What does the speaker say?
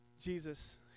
Jesus